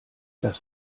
das